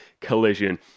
Collision